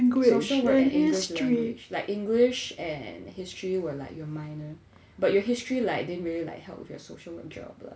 social work and english language like english and history were like your minor but your history like didn't really like help with your social work job lah